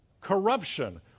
Corruption